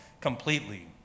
completely